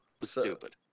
Stupid